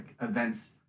events